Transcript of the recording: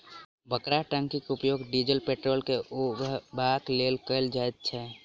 बड़का टंकीक उपयोग डीजल पेट्रोल के उघबाक लेल कयल जाइत छै